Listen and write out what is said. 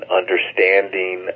understanding